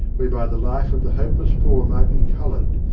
whereby the life of the hopeless poor might be coloured,